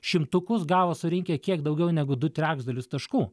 šimtukus gavo surinkę kiek daugiau negu du trečdalius taškų